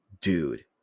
dude